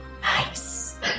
Nice